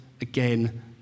again